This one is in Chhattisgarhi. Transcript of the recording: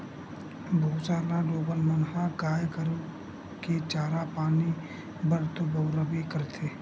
भूसा ल लोगन मन ह गाय गरु के चारा पानी बर तो बउरबे करथे